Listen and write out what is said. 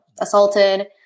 assaulted